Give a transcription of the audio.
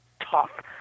tough